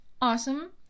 awesome